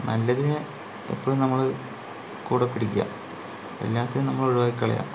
നല്ലതിനെ എപ്പഴും നമ്മള് കൂടെ പിടിക്കുക അല്ലാത്തതിനെ നമ്മള് ഒഴിവാക്കി കളയുക